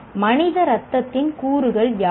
மனித இரத்தத்தின் கூறுகள் யாவை